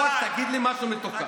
תרים רק את האף למעלה טיפה,